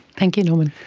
thank you norman.